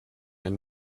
and